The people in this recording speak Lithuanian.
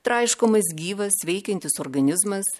traiškomas gyvas veikiantis organizmas